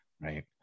right